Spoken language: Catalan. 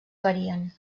varien